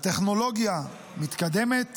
הטכנולוגיה מתקדמת